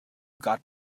got